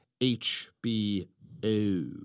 HBO